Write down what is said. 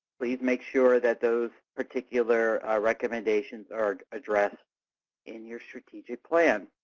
please make sure that those particular recommendations are addressed in your strategic plan.